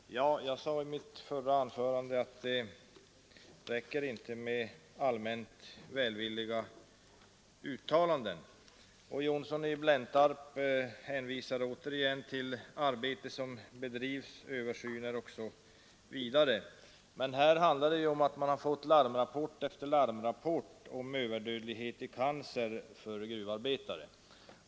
Herr talman! Jag sade i mitt förra anförande att det inte räcker med allmänt välvilliga uttalanden. Herr Johnsson i Blentarp hänvisade till det arbete som bedrivs, till översyn som pågår osv. Men vad det här handlar om är att man har fått larmrapport efter larmrapport om överdödlighet i cancer för gruvarbetare.